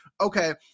okay